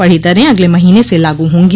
बढ़ी दरें अगले महीने से लागू होंगी